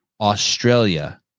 Australia